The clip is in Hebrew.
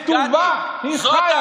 היא כתובה, היא חיה.